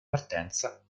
partenza